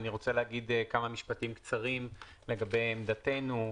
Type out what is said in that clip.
אני רוצה להגיד כמה משפטים קצרים לגבי עמדתנו,